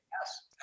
Yes